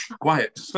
quiet